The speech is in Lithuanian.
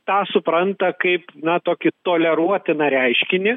tą supranta kaip na tokį toleruotiną reiškinį